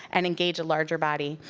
and engage a larger body.